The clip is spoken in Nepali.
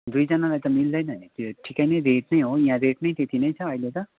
दुईजानालाई त मिल्दैन नि त्यो ठिकै नै रेट नै हो यहाँ रेट नै त्यति नै छ अहिले त